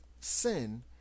sin